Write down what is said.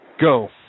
Go